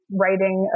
writing